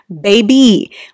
Baby